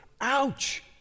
ouch